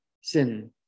sin